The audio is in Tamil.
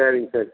சரிங்க சரி